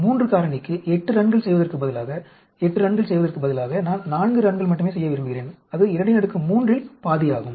3 காரணிக்கு 8 ரன்கள் செய்வதற்கு பதிலாக 8 ரன்கள் செய்வதற்கு பதிலாக நான் 4 ரன்கள் மட்டுமே செய்ய விரும்புகிறேன் அது 23 இல் ½ ஆகும்